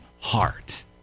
heart